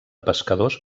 pescadors